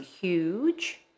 huge